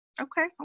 okay